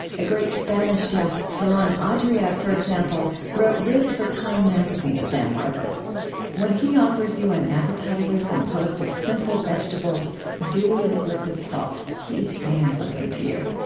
a great spanish chef, ferran adria, for wrote this for time magazine of dan barber when he offers you an appetizer composed of simple vegetables dewy with liquid salt, he is saying something to you.